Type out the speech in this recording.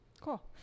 cool